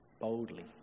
boldly